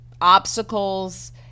obstacles